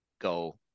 go